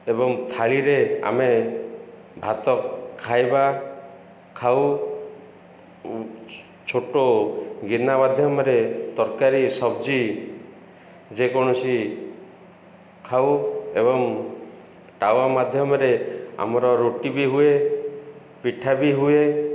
ଏବଂ ଥାଳିରେ ଆମେ ଭାତ ଖାଇବା ଖାଉ ଛୋଟ ଗିନା ମାଧ୍ୟମରେ ତରକାରୀ ସବ୍ଜି ଯେକୌଣସି ଖାଉ ଏବଂ ତାୱା ମାଧ୍ୟମରେ ଆମର ରୁଟି ବି ହୁଏ ପିଠା ବି ହୁଏ